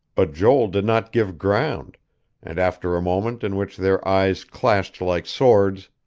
but joel did not give ground and after a moment in which their eyes clashed like swords,